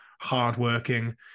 hardworking